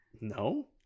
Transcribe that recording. no